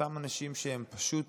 מאותם אנשים שפשוט